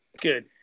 good